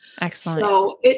Excellent